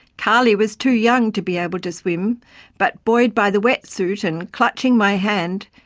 karly was too young to be able to swim but, buoyed by the wet suit and clutching my hand,